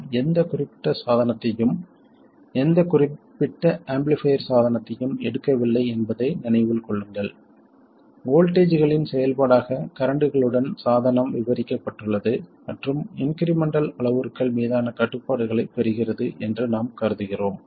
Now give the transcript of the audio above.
நாம் எந்த குறிப்பிட்ட சாதனத்தையும் எந்த குறிப்பிட்ட ஆம்பிளிஃபைர் சாதனத்தையும் எடுக்கவில்லை என்பதை நினைவில் கொள்ளுங்கள் வோல்ட்டேஜ்களின் செயல்பாடாக கரண்ட்களுடன் சாதனம் விவரிக்கப்பட்டுள்ளது மற்றும் இன்க்ரிமெண்டல் அளவுருக்கள் மீதான கட்டுப்பாடுகளைப் பெறுகிறது என்று நாம் கருதுகிறோம்